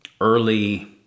early